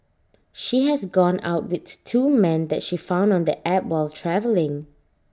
she has gone out with two men that she found on the app while travelling